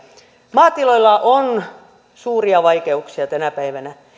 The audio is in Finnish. maatiloilla on suuria vaikeuksia tänä päivänä